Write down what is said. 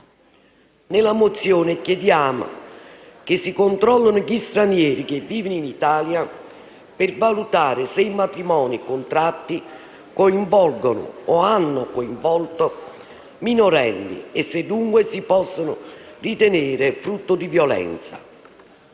nella mozione chiediamo che si controllino gli stranieri che vivono in Italia per valutare se i matrimoni contratti coinvolgano o abbiano coinvolto minorenni e se, dunque, si possono ritenere frutto di violenza.